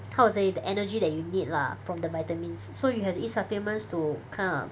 how to say the energy that you need lah from the vitamins so you have to eat supplements to kind of